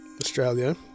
Australia